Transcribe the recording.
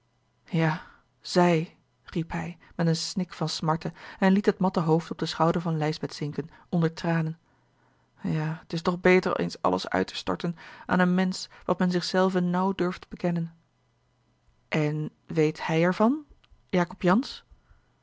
ja zij riep hij met een snik van smarte en liet het matte hoofd op den schouder van lijsbeth zinken onder tranen ja t is toch beter eens alles uit te storten aan een mensch wat men zich zelven nauw durft bekennen en weet hij er van jacob jansz